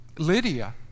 Lydia